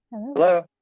hello?